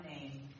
name